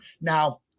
Now